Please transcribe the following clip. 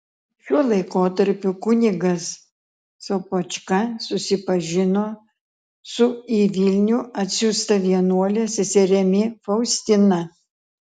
šiuo laikotarpiu kunigas sopočka susipažino su į vilnių atsiųsta vienuole seserimi faustina